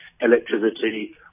electricity